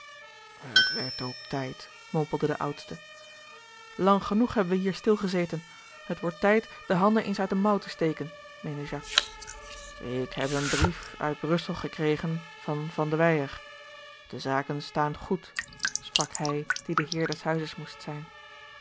het werd ook tijd mompelde de oudste lang genoeg hebben wij hier stil gezeten het wordt tijd de handen eens uit de mouw te steken meende jacques ik heb een brief uit brussel gekregen van van de weyer de zaken staan goed sprak hij die de heer des huizes moest zijn